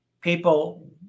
people